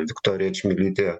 viktorija čmilytė